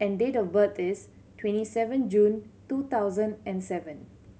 and date of birth is twenty seven June two thousand and seven